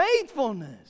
faithfulness